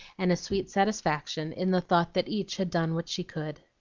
and a sweet satisfaction in the thought that each had done what she could.